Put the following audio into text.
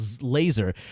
Laser